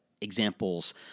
examples